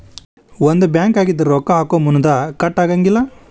ಒಂದ ಬ್ಯಾಂಕ್ ಆಗಿದ್ರ ರೊಕ್ಕಾ ಹಾಕೊಮುನ್ದಾ ಕಟ್ ಆಗಂಗಿಲ್ಲಾ